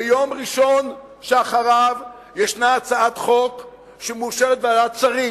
ביום ראשון שאחריו יש הצעת חוק שמאושרת בוועדת השרים,